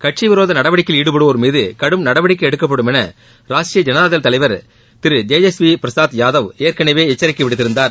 கட்சிவிரோதநடவடிக்கையில் ஈடுபடுவோர் மீதுகடும் நடவடிக்கைஎடுக்கப்படும் என ராஷ்ட்ரீய ஜனதாதளதலைவர் தேஜஸ்விபிரசாத் யாதவ் ஏற்கனவேஎச்சரிக்கைவிடுத்திருந்தார்